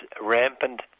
rampant